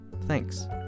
Thanks